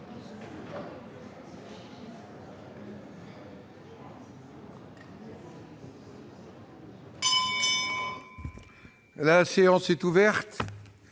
La séance est ouverte.